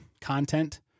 content